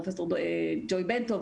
פרופ' ג'וי בנטוב,